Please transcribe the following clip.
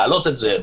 לעלות את זה,